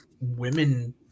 women